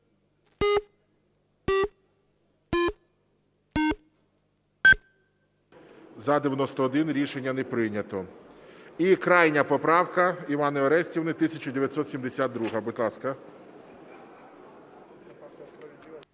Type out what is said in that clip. За-91 Рішення не прийнято. І крайня поправка Іванни Орестівни 1972. Будь ласка.